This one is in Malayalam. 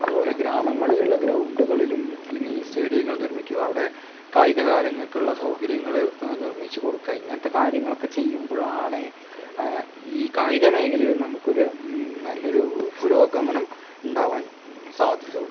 അതുപോലെ ഗ്രാമങ്ങളിലുള്ള ഗ്രൗണ്ടുകളിലും അല്ലെങ്കിൽ സ്റ്റേഡിയങ്ങൾ നിർമ്മിക്കുക അവിടെ കായിക താരങ്ങൾക്കുള്ള സൗകര്യങ്ങൾ നിർമ്മിച്ചു കൊടുക്കുക ഇങ്ങനത്തെ കാര്യങ്ങളൊക്കെ ചെയ്യുമ്പൊഴാണെ ഈ കായിക മേഖലയിൽ നമുക്കൊരു നല്ലൊരു പുരോഗമനം ഉണ്ടാകാൻ സാദ്ധ്യത ഉളളൂ